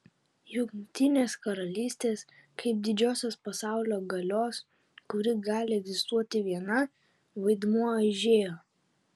jungtinės karalystės kaip didžiosios pasaulio galios kuri gali egzistuoti viena vaidmuo aižėjo